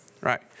Right